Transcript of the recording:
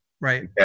Right